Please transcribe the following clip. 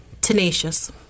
tenacious